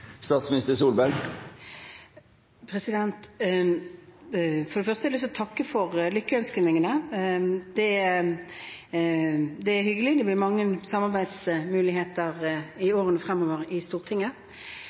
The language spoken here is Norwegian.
For det første har jeg lyst til å takke for lykkeønskningene. Det er hyggelig. Det blir mange samarbeidsmuligheter i